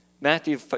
Matthew